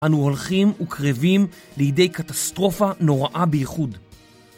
אנו הולכים וקרבים לידי קטסטרופה נוראה בייחוד.